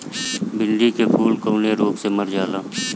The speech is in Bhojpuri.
भिन्डी के फूल कौने रोग से मर जाला?